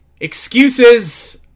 Excuses